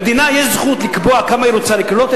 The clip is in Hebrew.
למדינה יש זכות לקבוע כמה היא רוצה לקלוט,